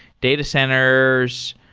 data centers,